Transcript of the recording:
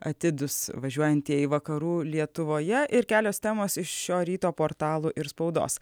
atidūs važiuojantieji vakarų lietuvoje ir kelios temos iš šio ryto portalo ir spaudos